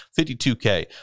52k